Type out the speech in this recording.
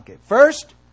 First